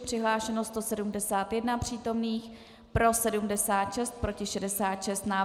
Přihlášeno 171 přítomných, pro 76, proti 66.